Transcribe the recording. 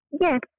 Yes